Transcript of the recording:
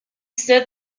said